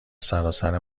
سراسر